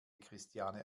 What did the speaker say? christiane